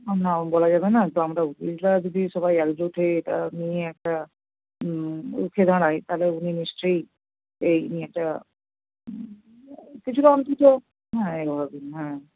না বলা যাবে না তো আমরা উকিলরা যদি সবাই একজোট হয়ে এটা নিয়ে একটা রুখে দাঁড়াই তাহলে উনি নিশ্চয়ই এই নিয়ে একটা কিছুটা অন্তত হ্যাঁ হবে হ্যাঁ